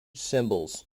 cymbals